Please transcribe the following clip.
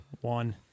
One